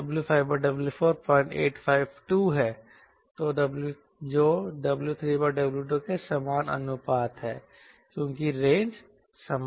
तो W5W4 0852 है जो W3W2 के समान अनुपात है क्योंकि रेंज समान हैं